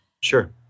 Sure